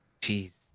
jeez